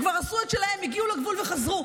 הם כבר עשו את שלהם, הגיעו לגבול וחזרו.